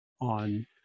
On